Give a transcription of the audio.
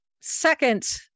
second